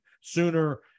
sooner